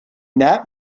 that